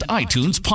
iTunes